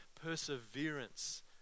perseverance